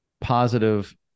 positive